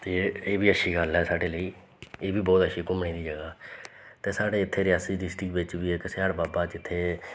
ते एह् एह् बी अच्छी गल्ल ऐ साढ़े लेई एह् बी बोह्त अच्छी घूमने दी जगह् ते साढ़े इत्थें रियासी डिस्ट्रिक बिच्च बी इक सयाड़ बाबा जित्थें